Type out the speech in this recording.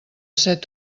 set